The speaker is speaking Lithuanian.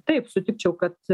taip sutikčiau kad